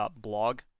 blog